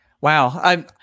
wow